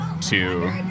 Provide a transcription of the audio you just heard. two